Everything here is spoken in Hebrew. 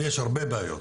ויש הרבה בעיות.